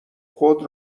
خود